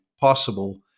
possible